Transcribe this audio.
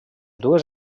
dues